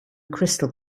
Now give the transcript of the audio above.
crystal